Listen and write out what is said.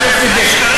על שקרים.